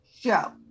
show